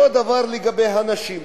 אותו הדבר לגבי הנשים.